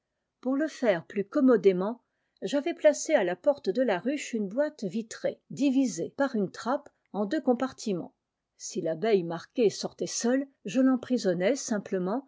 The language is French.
pour le faire plus commodément j'avais placé à la porte de la ruche une boîte vitrée divisée par une trappe en deux compartiments si l'abeille marquée sortait seule je l'emprisonnais simplement